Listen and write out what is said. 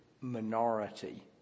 minority